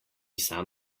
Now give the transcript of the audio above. sam